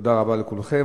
תודה רבה לכולכם.